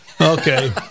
Okay